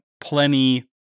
plenty